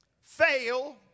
fail